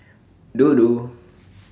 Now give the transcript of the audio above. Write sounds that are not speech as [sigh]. Dodo [noise]